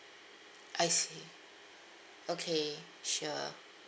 I see okay sure